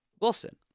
Wilson